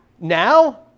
Now